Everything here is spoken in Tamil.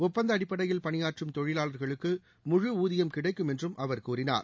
ஒப்பந்த அடிப்படையில் பணியாற்றும் தொழிவாளா்களுக்கு முழு ஊதியம் கிடைக்கும் என்றும் அவர் கூறினார்